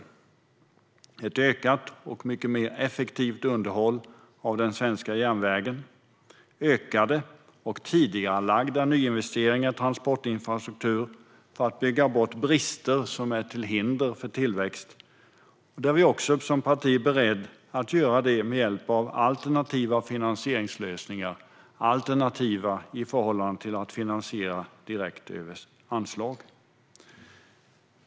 Vi prioriterar ett ökat och mycket mer effektivt underhåll av den svenska järnvägen och ökade och tidigarelagda nyinvesteringar i transportinfrastruktur för att bygga bort brister som är till hinder för tillväxt. Vi som parti är beredda att göra det med hjälp av alternativa finansieringslösningar, det vill säga som är alternativa i förhållande till att finansiera direkt över anslagen.